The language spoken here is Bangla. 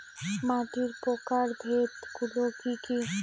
মাটির প্রকারভেদ গুলো কি কী?